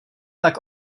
tak